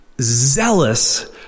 zealous